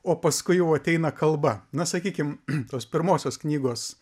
o paskui jau ateina kalba na sakykim tos pirmosios knygos